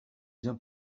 bien